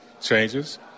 changes